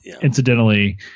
incidentally